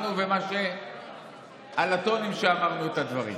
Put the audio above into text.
שאמרנו ועל הטונים שבהם אמרנו את הדברים.